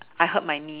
I hurt my knee